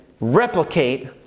replicate